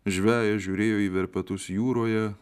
žveją žiūrėjo į verpetus jūroje